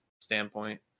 standpoint